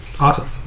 Awesome